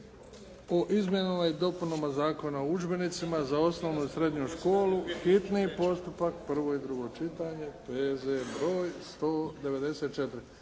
o izmjenama i dopunama Zakona o udžbenicima za osnovnu i srednju školu, hitni postupak, prvo i drugo čitanje, P.Z. br. 194.